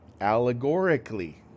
allegorically